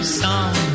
song